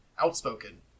outspoken